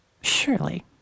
Surely